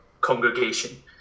congregation